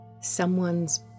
someone's